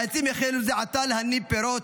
העצים החלו זה עתה להניב פירות.